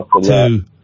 two